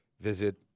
Visit